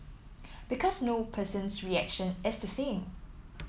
because no person's reaction is the same